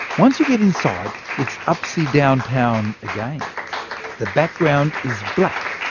once you get inside, it's upsie-down-town again the background is black,